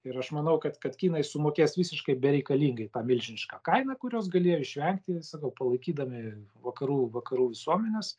ir aš manau kad kad kinai sumokės visiškai bereikalingai tą milžinišką kainą kurios galėjo išvengti sakau palaikydami vakarų vakarų visuomenes